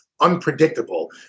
unpredictable